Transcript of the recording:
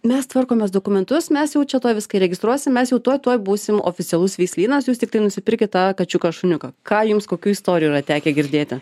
mes tvarkomės dokumentus mes jau čia tuoj viską įregistruosim mes jau tuoj tuoj būsim oficialus veislynas jūs tiktai nusipirkit tą kačiuką šuniuką ką jums kokių istorijų yra tekę girdėti